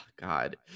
God